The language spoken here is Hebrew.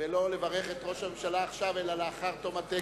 ולא לברך את ראש הממשלה עכשיו אלא לאחר תום הטקס.